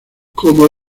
como